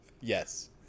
Yes